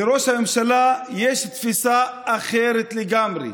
לראש הממשלה יש תפיסה אחרת לגמרי: